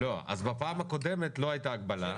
בפעם הקודמת לא הייתה הגבלה.